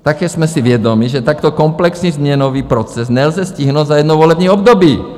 Také jsme si vědomi, že takto komplexní změnový proces nelze stihnout za jedno volební období.